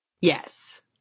Yes